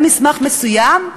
במסמך מסוים,